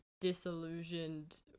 disillusioned